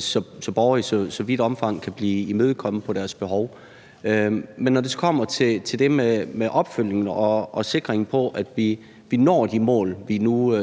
så borgerne i så vidt omfang som muligt kan blive imødekommet i forhold til deres behov. Men når det så kommer til det med opfølgning og sikring, i forhold til at vi når de mål, vi nu